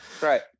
Right